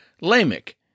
Lamech